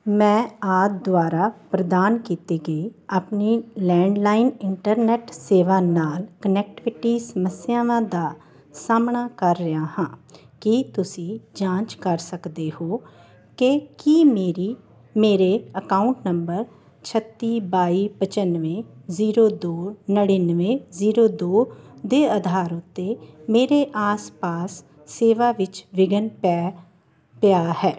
ਮੈਂ ਆਦਿ ਦੁਆਰਾ ਪ੍ਰਦਾਨ ਕੀਤੀ ਗਈ ਆਪਣੀ ਲੈਂਡਲਾਈਨ ਇੰਟਰਨੈਟ ਸੇਵਾ ਨਾਲ ਕਨੈਕਟਵਿਟੀ ਸਮੱਸਿਆਵਾਂ ਦਾ ਸਾਹਮਣਾ ਕਰ ਰਿਹਾ ਹਾਂ ਕੀ ਤੁਸੀਂ ਜਾਂਚ ਕਰ ਸਕਦੇ ਹੋ ਕਿ ਕੀ ਮੇਰੀ ਮੇਰੇ ਅਕਾਊਂਟ ਨੰਬਰ ਛੱਤੀ ਬਾਈ ਪਚਾਨਵੇਂ ਜ਼ੀਰੋ ਦੋ ਨੜਿਨਵੇਂ ਜ਼ੀਰੋ ਦੋ ਦੇ ਅਧਾਰ ਉੱਤੇ ਮੇਰੇ ਆਸ ਪਾਸ ਸੇਵਾ ਵਿੱਚ ਵਿਘਨ ਪੈ ਪਿਆ ਹੈ